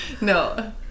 No